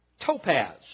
topaz